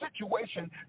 situation